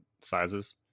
sizes